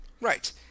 Right